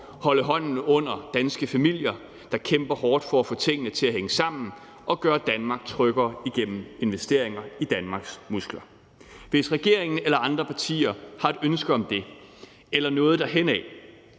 holde hånden under danske familier, der kæmper hårdt for at få tingene til at hænge sammen, og gøre Danmark tryggere igennem investeringer i Danmarks muskler. Hvis regeringen eller andre partier har et ønske om det eller noget derhenad,